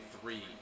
three